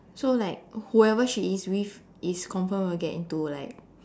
so like whoever she is with is confirm will get into like